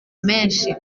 menshi